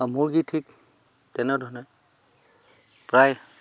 মুৰ্গী ঠিক তেনেধৰণে প্ৰায়